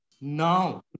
now